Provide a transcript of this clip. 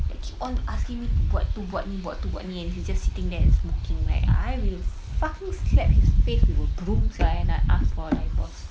like keep on asking me to buat tu buat ni buat tu buat ni and he's just sitting there and smoking like I will fucking slap his face with a broom sia and I ask for a divorce